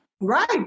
Right